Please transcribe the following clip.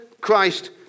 Christ